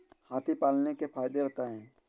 हाथी पालने के फायदे बताए?